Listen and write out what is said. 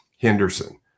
Henderson